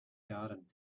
garden